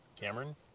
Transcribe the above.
Cameron